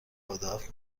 نودوهفت